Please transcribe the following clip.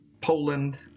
Poland